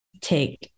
take